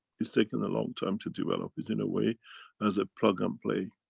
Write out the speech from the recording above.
it's taken a long time to develop it in a way as a plug-and-play.